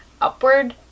upward